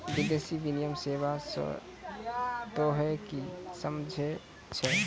विदेशी विनिमय सेवा स तोहें कि समझै छौ